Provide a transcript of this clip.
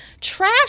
Trash